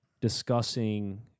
discussing